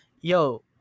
yo